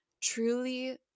truly